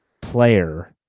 player –